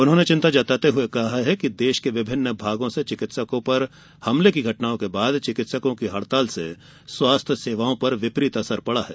उन्होंने चिंता जताते हए कहा कि देश के विभिन्न भागों से चिकित्सकों पर हमले की घटनाओं के बाद चिकित्सकों की हड़ताल से स्वास्थ्य सेवाओं पर विपरीत असर पड़ा है